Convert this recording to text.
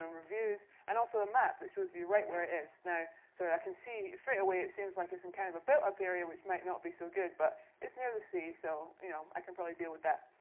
and reviews, and also ah map that shows you right where it is. so i can see, straight away, it seems like it's in kind of a built-up area, which might not be so good, but it's near the sea, so you know i can probably deal with that.